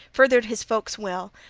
furthered his folk's weal,